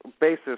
basis